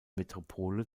metropole